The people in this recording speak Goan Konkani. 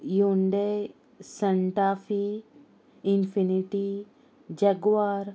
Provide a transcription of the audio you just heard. युंडे साफी इनफिनिटी जगवार